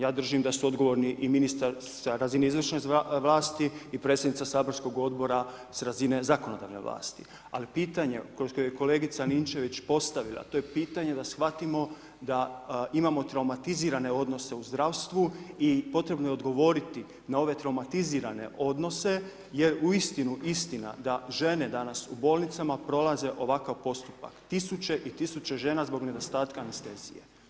Ja držim da su odgovorni i ministar sa razine izvršne vlasti i predsjednica saborskog odbora sa razine zakonodavne vlasti ali pitanje kao što je kolegica Ninčević postavila, to je pitanje da shvatimo da imamo traumatizirane odnose u zdravstvu i potrebno je odgovoriti na ove traumatizirane odnose jer uistinu istina da žene danas u bolnicama prolaze ovakav postupak, tisuće i tisuće žena zbog nedostatka anestezije.